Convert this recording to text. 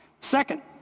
Second